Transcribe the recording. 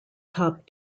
top